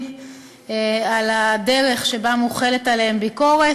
על הדרך שבה מוחלת עליהם ביקורת,